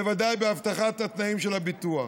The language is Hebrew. בוודאי בהבטחת התנאים של הביטוח.